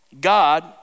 God